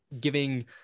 giving